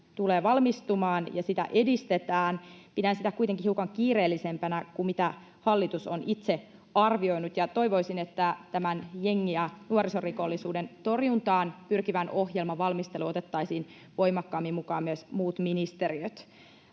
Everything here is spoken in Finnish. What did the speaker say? tulee valmistumaan ja sitä edistetään. Pidän sitä kuitenkin hiukan kiireellisempänä kuin mitä hallitus on itse arvioinut, ja toivoisin, että tämän jengi- ja nuorisorikollisuuden torjuntaan pyrkivän ohjelman valmisteluun otettaisiin voimakkaammin mukaan myös muut ministeriöt.